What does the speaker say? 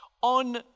On